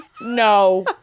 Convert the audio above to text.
no